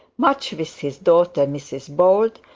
much with his daughter mrs bold,